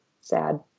sad